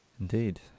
Indeed